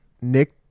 Nick